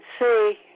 see